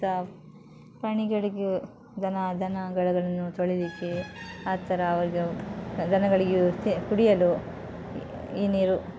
ಸಹ ಪ್ರಾಣಿಗಳಿಗೂ ದನ ದನಗಳಿಗೂ ತೊಳೀಲಿಕ್ಕೆ ಆ ಥರ ಇದು ದನಗಳಿಗೆ ಮತ್ತೆ ಕುಡಿಯಲು ಈ ನೀರು